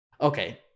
Okay